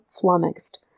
flummoxed